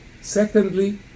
secondly